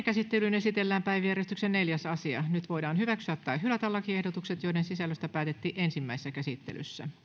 käsittelyyn esitellään päiväjärjestyksen neljäs asia nyt voidaan hyväksyä tai hylätä lakiehdotukset joiden sisällöstä päätettiin ensimmäisessä käsittelyssä